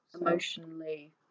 Emotionally